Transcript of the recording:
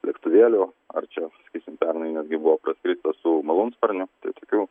lėktuvėliu ar čia sakysim pernai netgi buvo praskrista su malūnsparniu tai tokių